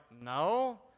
no